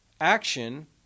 Action